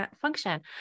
Function